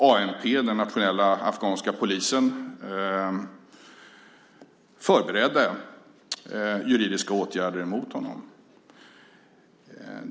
ANP, den nationella afghanska polisen, förberedde juridiska åtgärder emot honom.